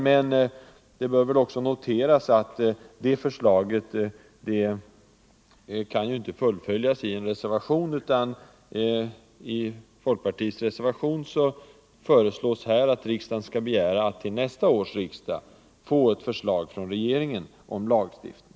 Men det bör väl också noteras att motionsförslaget inte kan fullföljas i en reservation, utan i folkpartiets reservation föreslås att riksdagen skall begära att till nästa år få ett förslag från regeringen om lagstiftning.